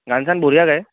গান চান বঢ়িয়া গায়